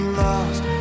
lost